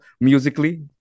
musically